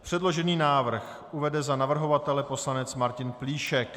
Předložený návrh uvede za navrhovatele poslanec Martin Plíšek.